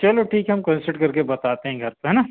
चलो ठीक है हम कंसल्ट करके बताते हैं घर पर है ना